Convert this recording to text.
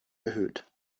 erhöht